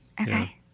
Okay